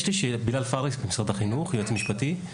בלאל פארס, משרד החינוך, יועץ משפטי.